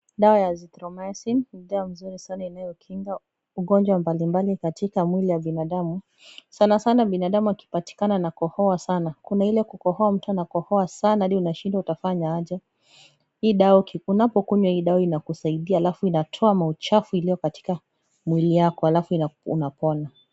Dawa ya azithromycin, ni dawa mzuri sana inayokinga ugonjwa mbalimbali katika mwili ya binadamu, sana sana binadamu akipatikana anakohoa sana. Kuna ile kukohoa mtu anakohoa sana, hadi unashindwa utafanya aje. Hii dawa unapokunywa hii dawa inakusaidia, halafu inatoa mauchafu iliyo katika mwili yako, halafu unapona.